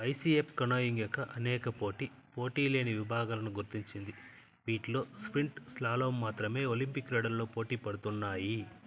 ECF canoeing యొక్క అనేక పోటీ పోటీ లేని విభాగాలను గుర్తించింది వీటిలో స్ప్రింట్ స్లాలోమ్ మాత్రమే ఒలింపిక్ క్రీడలలో పోటీ పడుతున్నాయి